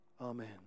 Amen